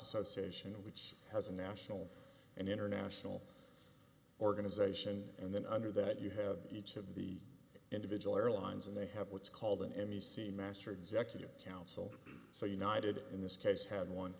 association which has a national and international organization and then under that you have each of the individual airlines and they have what's called an n b c master executive council so united in this case had one